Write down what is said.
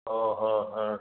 ओहो हा